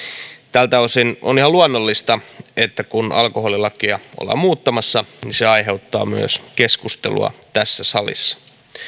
tältä osin on ihan luonnollista että kun alkoholilakia ollaan muuttamassa niin se aiheuttaa myös keskustelua tässä salissa